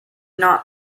not